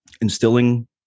instilling